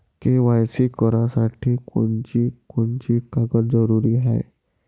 KYC करासाठी कोनची कोनची कागद जरुरी हाय?